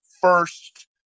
first